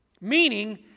Meaning